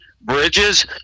bridges